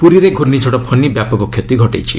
ପୁରୀରେ ଘୂର୍ଣ୍ଣିଝଡ଼ ଫନି ବ୍ୟାପକ କ୍ଷତି ଘଟାଇଛି